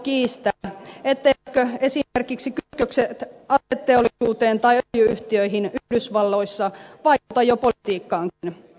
kukaan ei voi kiistää etteivätkö esimerkiksi kytkökset aseteollisuuteen tai öljy yhtiöihin yhdysvalloissa vaikuta jo politiikkaankin